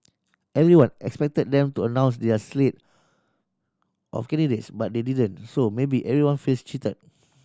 everyone expected them to announce their slate of candidates but they didn't so maybe everyone feels cheated